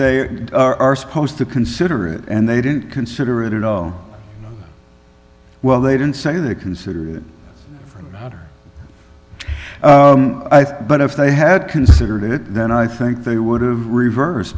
they are supposed to consider it and they didn't consider it at all well they didn't say they consider it but if they had considered it then i think they would have reverse